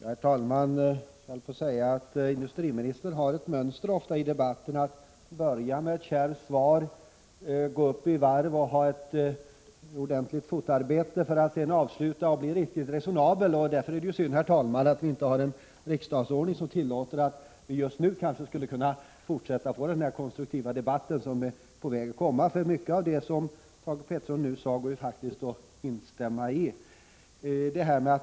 Herr talman! Jag skulle vilja säga att industriministern följer ett känt mönster i debatterna: börja med ett kärvt svar, sedan gå upp i varv med ett ordentligt fotarbete, för att avsluta med att bli riktigt resonabel. Därför är det ju synd, herr talman, att vår riksdagsordning inte tillåter att vi fortsätter den konstruktiva debatt som nu är på väg. Mycket av det som Thage Peterson sade senast går det faktiskt att instämma i.